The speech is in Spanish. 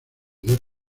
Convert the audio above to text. dos